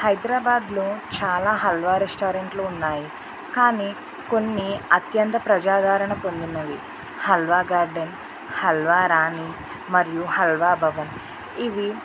హైదరాబాద్లో చాలా హల్వా రెస్టారెంట్లు ఉన్నాయి కానీ కొన్ని అత్యంత ప్రజాదరణ పొందినవి హల్వా గార్డెన్ హల్వా రాణి మరియు హల్వా భవన్ ఇవి